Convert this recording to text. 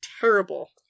terrible